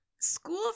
School